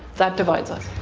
that divides us.